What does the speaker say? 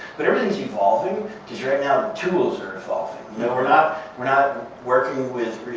but everything is evolving because right now the tools are evolving. you know we're not we're not working with